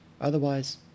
Otherwise